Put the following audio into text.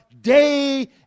day